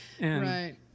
Right